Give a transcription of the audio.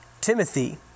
Timothy